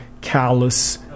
callous